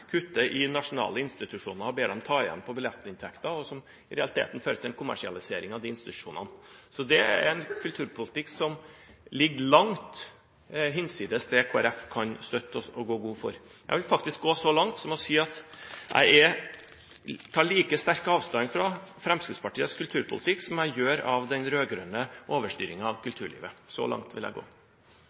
bevilgningene til nasjonale institusjoner og ber dem ta det inn igjen i billettinntekter, som i realiteten fører til en kommersialisering av disse institusjonene. Det er en kulturpolitikk som ligger hinsides det Kristelig Folkeparti kan støtte og gå god for. Jeg vil faktisk gå så langt som å si at jeg tar like sterkt avstand til Fremskrittspartiets kulturpolitikk som jeg gjør til den rød-grønne overstyringen av kulturlivet. Så langt vil jeg gå.